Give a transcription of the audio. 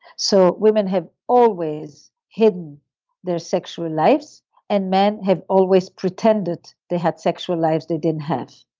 so women have always hidden their sexual lives and men have always pretended they had sexual lives they didn't have